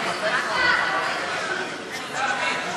בבקשה, אדוני.